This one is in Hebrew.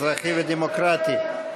האזרחי והדמוקרטי.